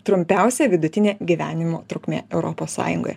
trumpiausia vidutinė gyvenimo trukmė europos sąjungoje